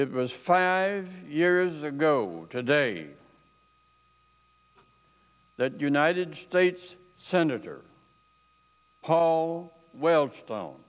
it was five years ago today that united states senator paul wellstone